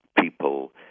people